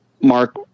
Mark